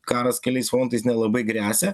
karas keliais frontais nelabai gresia